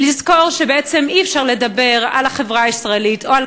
ולזכור שבעצם אי-אפשר לדבר על החברה הישראלית או על